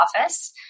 office